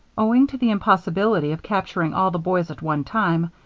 owing to the impossibility of capturing all the boys at one time,